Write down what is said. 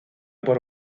por